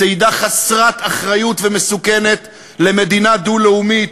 צעידה חסרת אחריות ומסוכנת למדינה דו-לאומית,